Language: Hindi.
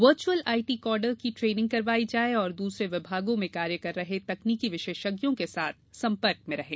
वर्च्यअल आईटी कॉडर की ट्रेनिंग करवाई जाए और दूसरें विभागों में कार्य कर रहे तकनीकी विशेषज्ञों के साथ संपर्क में रहें